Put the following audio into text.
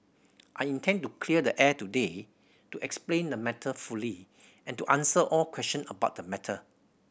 i intend to clear the air today to explain the matter fully and to answer all question about the matter